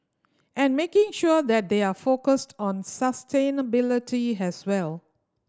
and making sure that they are focused on sustainability as well